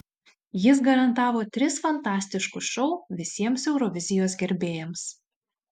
jis garantavo tris fantastiškus šou visiems eurovizijos gerbėjams